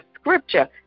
scripture